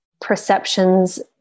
perceptions